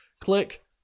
Click